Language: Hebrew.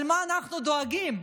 למה אנחנו דואגים?